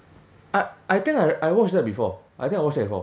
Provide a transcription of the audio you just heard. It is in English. I I think I I watched that before I think I watched that before